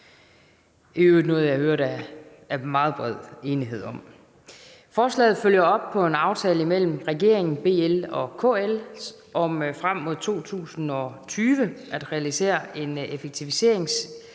i øvrigt noget, der er meget bred enighed om. Forslaget følger op på en aftale imellem regeringen, BL og KL om frem mod 2020 at realisere en effektiviseringsgevinst